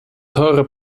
teure